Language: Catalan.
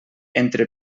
entre